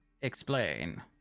Explain